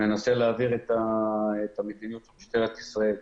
מנסה להעביר את המדיניות של משטרת ישראל.